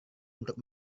untuk